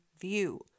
view